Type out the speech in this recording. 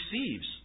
receives